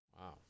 Wow